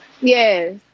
Yes